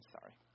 sorry